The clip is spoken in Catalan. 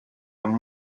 amb